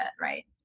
right